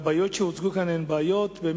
והבעיות שהוצגו כאן הן באמת